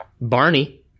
Barney